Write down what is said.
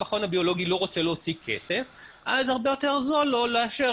המכון הביולוגי לא רוצה להוציא כסף אז הרבה יותר זול לו לאשר